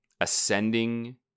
ascending